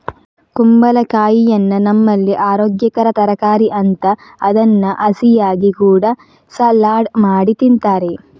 ಕುಂಬಳಕಾಯಿಯನ್ನ ನಮ್ಮಲ್ಲಿ ಅರೋಗ್ಯಕರ ತರಕಾರಿ ಅಂತ ಅದನ್ನ ಹಸಿಯಾಗಿ ಕೂಡಾ ಸಲಾಡ್ ಮಾಡಿ ತಿಂತಾರೆ